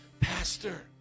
Pastor